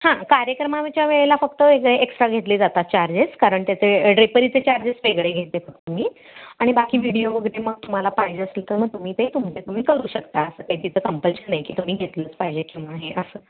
हां कार्यक्रमाच्या वेळेला फक्त वेगळे एक्स्ट्रा घेतले जातात चार्जेस कारण त्याचे ड्रेपरीचे चार्जेस वेगळे घेते फक्त मी आणि बाकी विडिओ वगैरे मग तुम्हाला पाहिजे असेल तर मग तुम्ही ते तुमचं तुम्ही करू शकता असं काही तिथं कंपल्शन नाही की तुम्ही घेतलंच पाहिजे किंवा हे असं